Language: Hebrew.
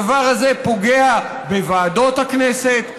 הדבר הזה פוגע בוועדות הכנסת,